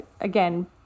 again